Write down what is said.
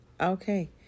Okay